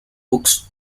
books